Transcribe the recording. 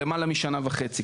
כבר למעלה משנה וחצי.